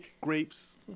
Grapes